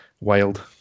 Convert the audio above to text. wild